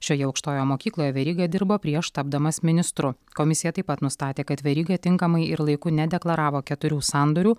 šioje aukštojo mokykloje veryga dirbo prieš tapdamas ministru komisija taip pat nustatė kad veryga tinkamai ir laiku nedeklaravo keturių sandorių